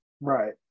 Right